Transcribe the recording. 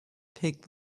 pig